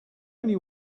only